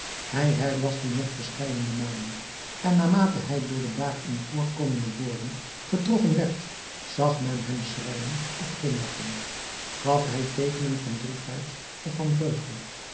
hij herlas dien nog verscheidene malen en naarmate hij door de daarin voorkomende woorden getroffen werd zag men hem schreijen of glimlagchen gaf hij teekenen van droefheid of van vreugde